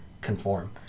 conform